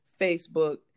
facebook